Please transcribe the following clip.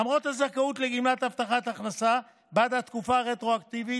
למרות הזכאות לגמלת הבטחת הכנסה בעד התקופה הרטרואקטיבית,